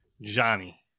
Johnny